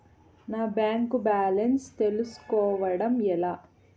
నా bank balance తెలుస్కోవడం ఎలా?